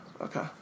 okay